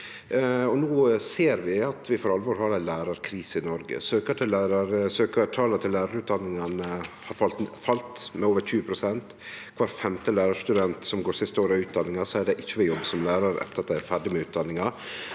Vi ser no at vi for alvor har ei lærarkrise i Noreg. Søkjartala til lærarutdanningane har falle med over 20 pst. Kvar femte lærarstudent som går siste år i lærarutdanninga, seier at dei ikkje vil jobbe som lærar etter at dei er ferdige med utdanninga.